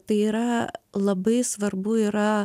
tai yra labai svarbu yra